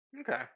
okay